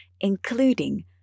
including